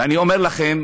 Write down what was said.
ואני אומר לכם,